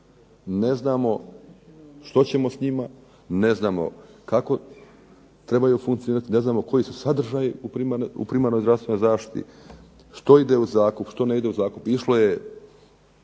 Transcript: Ne znamo što ćemo s njima, ne znamo kako trebaju funkcionirati, ne znamo koji su sadržaji u primarnoj zdravstvenoj zaštiti, što ide u zakup, što ne ide u zakup. Išlo je